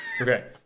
Okay